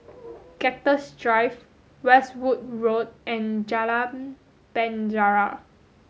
Cactus Drive Westwood Road and Jalan Penjara